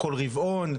כל רבעון?